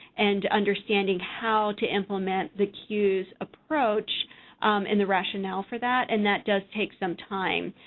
and understanding how to implement the cues approach and the rationale for that. and that does take some time.